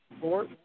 four